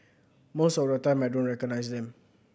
most of the time I don't recognise them